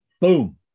boom